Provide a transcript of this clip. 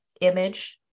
image